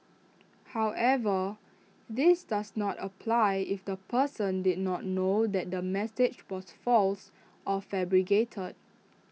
however this does not apply if the person did not know that the message was false or fabricated